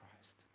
Christ